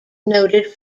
noted